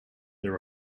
there